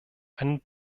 einen